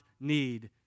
need